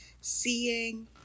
seeing